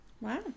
Wow